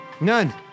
None